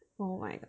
oh my god